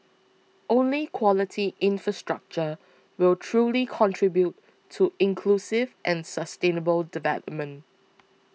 only quality infrastructure will truly contribute to inclusive and sustainable development